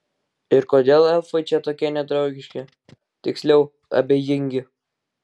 ir kodėl elfai čia tokie nedraugiški tiksliau abejingi